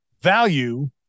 value